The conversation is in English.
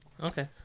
Okay